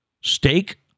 steak